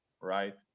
right